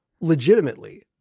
legitimately